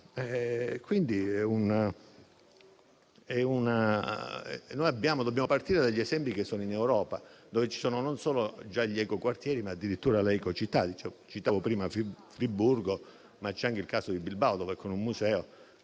Dobbiamo partire dagli esempi presenti in Europa, in cui ci sono già non solo gli eco-quartieri, ma addirittura le eco-città. Citavo prima Friburgo, ma c'è anche il caso di Bilbao, dove con un museo